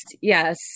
yes